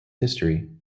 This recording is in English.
history